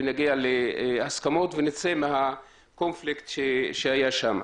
נגיע להסכמות ונצא מהקונפליקט שהיה שם.